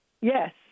Yes